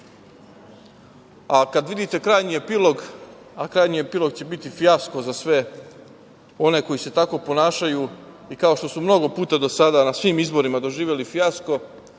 vidite krajnji epilog, a krajnji epilog će biti fijasko za sve one koji se tako ponašaju i kao što su mnogo puta do sada na svim izborima doživeli fijasko,